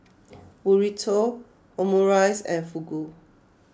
Burrito Omurice and Fugu